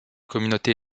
communautés